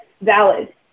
valid